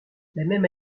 même